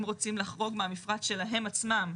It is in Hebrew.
אם רוצים לחרוג מהמפרט שלהם עצמם.